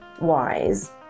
wise